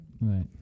right